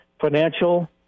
financial